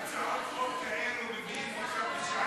הצעות חוק כאלו מביאים בשעה כזו?